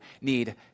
need